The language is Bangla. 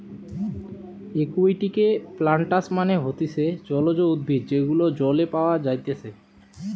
একুয়াটিকে প্লান্টস মানে হতিছে জলজ উদ্ভিদ যেগুলো জলে পাওয়া যাইতেছে